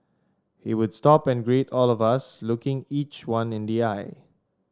he would stop and greet all of us looking each one in the eye